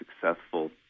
successful